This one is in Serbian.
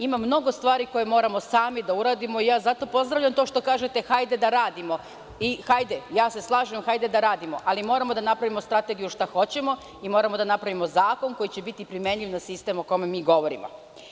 Ima mnogo stvari koje moramo sami da uradimo i zato pozdravljam to što kažete – hajde da radimo i slažem se hajde da radimo, ali moramo da napravimo strategiju šta hoćemo i moramo da napravimo zakon koji će biti primenljiv na sistem o kojem mi govorimo.